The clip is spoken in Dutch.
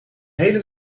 hele